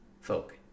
folk